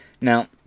Now